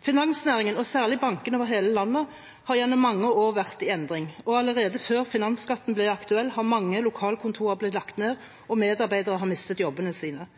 Finansnæringen, og særlig bankene over hele landet, har gjennom mange år vært i endring, og allerede før finansskatten ble aktuell, har mange lokalkontorer blitt lagt ned, og medarbeidere har mistet jobbene sine.